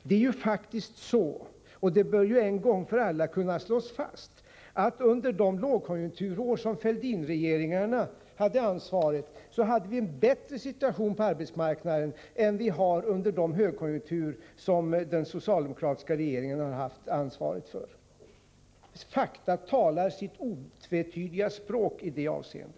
Det är ju faktiskt så — och det bör en gång för alla kunna slås fast — att under de lågkonjunkturår då Fälldinregeringarna hade regeringsansvaret hade vi en bättre situation på arbetsmarknaden än under de högkonjunkturår under vilka den socialdemokratiska regeringen haft regeringsansvaret. Fakta talar sitt otvetydiga språk i detta avseende.